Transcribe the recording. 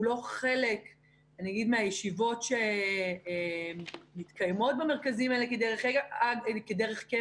הוא לא חלק מהישיבות שמתקיימות במרכזים האלה כדרך קבע.